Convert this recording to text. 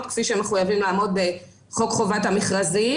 כפי שהם מחויבים לעמוד בחוק חובת המכרזים,